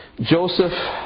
Joseph